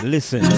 Listen